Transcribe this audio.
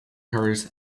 hers